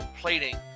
plating